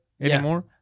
anymore